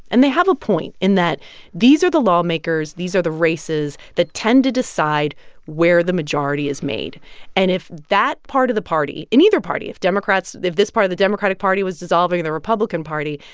and they have a point, in that these are the lawmakers, these are the races that tend to decide where the majority is made and if that part of the party, in either party if democrats if this part of the democratic party was dissolving into the republican party,